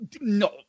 no